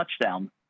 touchdown